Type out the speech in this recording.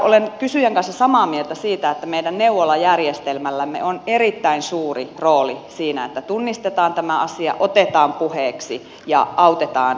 olen kysyjän kanssa samaa mieltä siitä että meidän neuvolajärjestelmällämme on erittäin suuri rooli siinä että tunnistetaan tämä asia otetaan puheeksi ja autetaan päihteistä eroon